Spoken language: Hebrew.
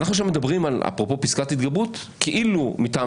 אנחנו מדברים על פסקת התגברות כאילו מטעם